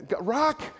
rock